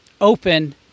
open